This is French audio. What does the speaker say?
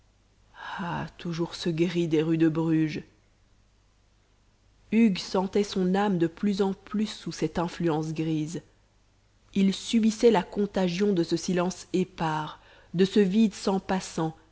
toujours ce gris des rues de bruges hugues sentait son âme de plus en plus sous cette influence grise il subissait la contagion de ce silence épars de ce vide sans